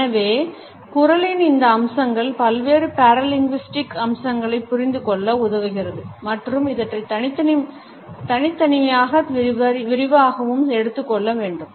எனவே குரலின் இந்த அம்சங்கள் பல்வேறு paralinguistic அம்சங்களைப் புரிந்து கொள்ள உதவுகிறது மற்றும் இவற்றைத் தனித்தனியாகவும் விரிவாகவும் எடுத்து கொள்ள வேண்டும்